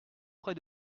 près